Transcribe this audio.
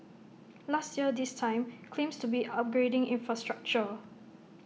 last year this time claims to be upgrading infrastructure